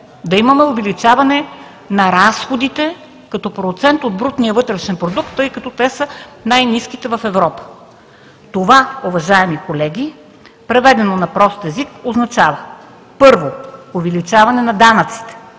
да имаме увеличаване на разходите като процент от брутния вътрешен продукт, тъй като те са най-ниските в Европа. Това, уважаеми колеги, преведено на прост език означава: първо, увеличаване на данъците,